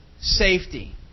safety